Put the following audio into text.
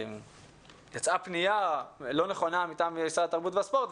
וגם יצאה פנייה לא נכונה מטעם משרד התרבות והספורט.